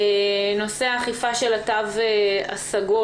נושא האכיפה של התו הסגול